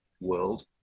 world